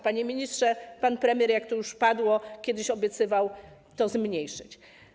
Panie ministrze, pan premier, jak tu już padło, kiedyś obiecywał to zmniejszyć.